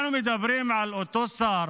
אנחנו מדברים על אותו שר